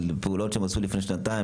פעולות שהם עשו לפני שנתיים,